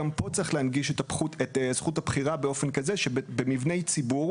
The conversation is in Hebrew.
גם פה צריך להנגיש את זכות הבחירה באופן כזה שבמבני ציבור